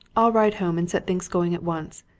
i'll ride home and set things going at once.